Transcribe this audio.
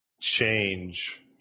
change